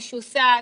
משוסעת.